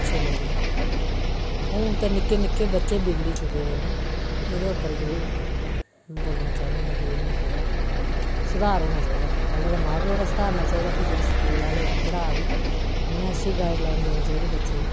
अच्छे लोक है हून ते निक्के निक्के बच्चे बिगड़ी चुके दे ना ऐह्दे उप्पर जरुर बोलना चाह्न्नी आं के सुघार होना चाहिदा पहलें ते मां प्यो ने सुघारना चाहिदा स्कूल आह्ले इनें गी पढांदे उनें अच्छी गाइडलाइन देनी चाहिदी बच्चें गी